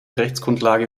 rechtsgrundlage